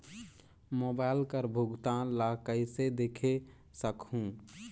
Mobile कर भुगतान ला कइसे देख सकहुं?